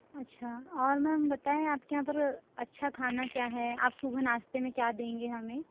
अच्छा और मेम बताएं आपके यहाँ पर अच्छा खाना क्या है आप सुबह नाश्ते में क्या देंगे हमें